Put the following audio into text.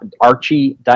archie